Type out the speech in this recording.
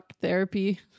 therapy